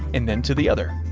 and then to the other.